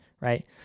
right